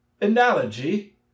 Analogy